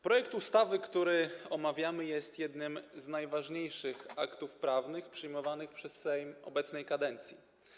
Projekt ustawy, który omawiamy, jest jednym z najważniejszych aktów prawnych przyjmowanych przez Sejm obecnej kadencji.